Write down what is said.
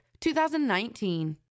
2019